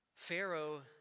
Pharaoh